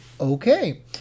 okay